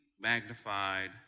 magnified